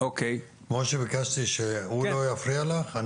כפי שביקשתי שהוא לא יפריע לך,